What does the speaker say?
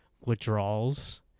withdrawals